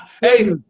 hey